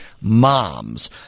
moms